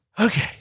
Okay